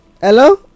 hello